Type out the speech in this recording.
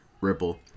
Ripple